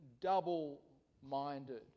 double-minded